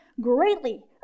greatly